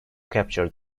capture